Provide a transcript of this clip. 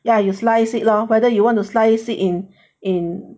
ya you slice it lor whether you want to slice it in in